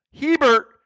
Hebert